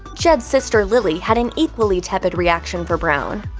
jed's sister, lily, had an equally tepid reaction for brown.